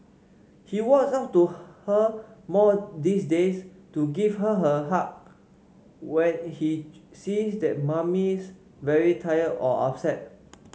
he walks up to her more these days to give her a hug when he sees that Mummy's very tired or upset